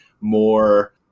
more